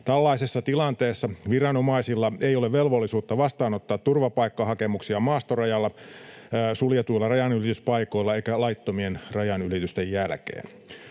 Tällaisessa tilanteessa viranomaisilla ei ole velvollisuutta vastaanottaa turvapaikkahakemuksia maastorajalla, suljetuilla rajanylityspaikoilla eikä laittomien rajanylisten jälkeen.